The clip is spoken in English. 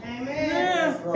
Amen